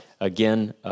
Again